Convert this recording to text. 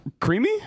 Creamy